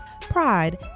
Pride